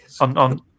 On